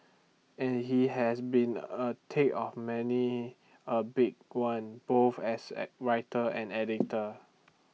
and he has been A thick of many A big one both as A writer and editor